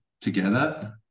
together